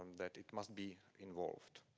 that it must be involved.